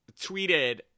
tweeted